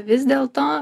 vis dėlto